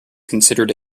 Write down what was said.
considered